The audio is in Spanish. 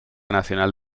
nacional